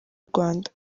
rwanda